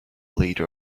leader